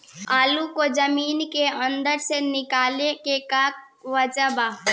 आलू को जमीन के अंदर से निकाले के का औजार बा?